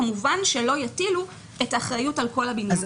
כמובן שלא יטילו את האחריות על כל הבניין.